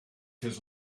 his